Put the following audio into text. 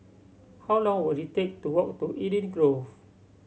how long will it take to walk to Eden Grove